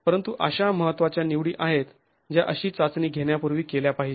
परंतु अशा महत्त्वाच्या निवडी आहेत ज्या अशी चाचणी घेण्यापूर्वी केल्या पाहिजेत